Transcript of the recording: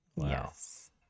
yes